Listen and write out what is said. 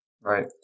Right